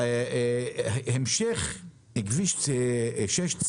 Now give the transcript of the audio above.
כביש 6,